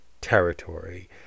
territory